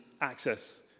access